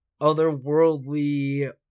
otherworldly